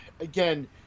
Again